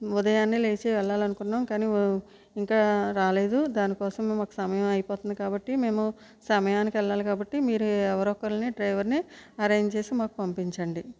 ఉదయాన్నే లేచి వెళ్ళాలనుకున్నాము కానీ ఇంకా రాలేదు దాని కోసం మాకు సమయం అయిపోతుంది కాబట్టి మేము సమయానికి వెళ్ళాలి కాబట్టి మీరు ఎవరో ఒకళ్ళని డ్రైవర్ని అరేంజ్ చేసి మాకు పంపించండి